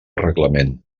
reglament